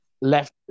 Left